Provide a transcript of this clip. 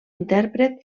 intèrpret